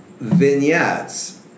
vignettes